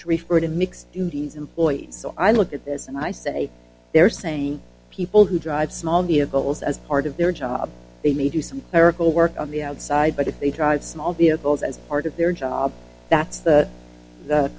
to refer to mixed indians employees so i look at this and i say they're saying people who drive small vehicles as part of their job they may do some clerical work on the outside but if they drive small vehicles as part of their job that's th